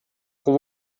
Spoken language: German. pro